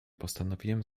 postanowiłem